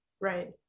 Right